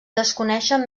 desconeixen